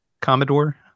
Commodore